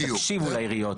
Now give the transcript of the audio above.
תקשיבו לעיריות.